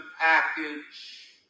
package